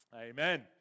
Amen